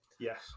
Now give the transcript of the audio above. Yes